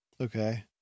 Okay